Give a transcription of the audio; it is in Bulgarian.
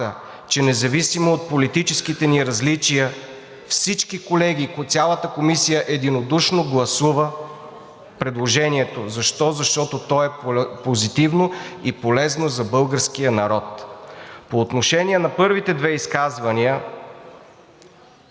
че независимо от политическите ни различия всички колеги, цялата Комисия, единодушно гласува предложението. Защо? Защото то е позитивно и полезно за българския народ. По отношение на първите две изказвания.